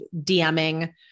DMing